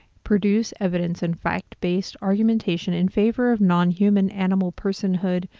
produce evidence in fact based argumentation in favor of non-human animal personhood,